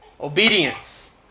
obedience